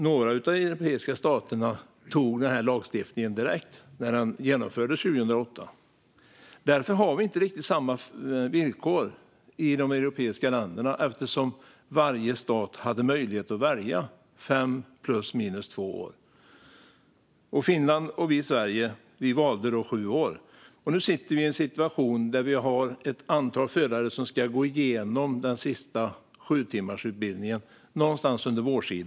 Några europeiska stater antog lagstiftningen direkt när den genomfördes 2008. Vi har inte riktigt samma villkor i de europeiska länderna eftersom varje stat hade möjlighet att välja fem plus eller minus två år. Finland och Sverige valde sju år, och nu sitter vi i en situation där vi har ett antal förare som ska gå igenom den sista sjutimmarsutbildningen någon gång under våren.